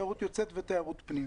תיירות יוצאת ותיירות פנים.